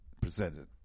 presented